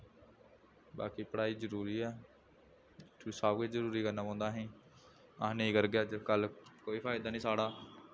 बाकी पढ़ाई जरूरी ऐ सब कुछ जरूरी करना पौंदा असेंगी अस नेईं करगे अज्जकल कोई फायदा निं साढ़ा